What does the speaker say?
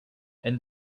and